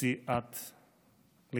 תרצי את להיזכר.